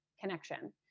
connection